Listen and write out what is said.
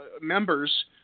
members